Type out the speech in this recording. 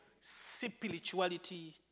spirituality